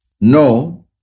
No